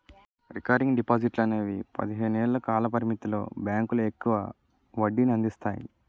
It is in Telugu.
రికరింగ్ డిపాజిట్లు అనేవి పదిహేను ఏళ్ల కాల పరిమితితో బ్యాంకులు ఎక్కువ వడ్డీనందిస్తాయి